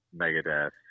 Megadeth